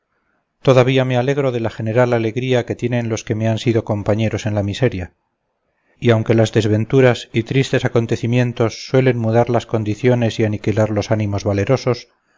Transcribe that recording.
todavía me alegro de la general alegría que tienen los que me han sido compañeros en la miseria y aunque las desventuras y tristes acontecimientos suelen mudar las condiciones y aniquilar los ánimos valerosos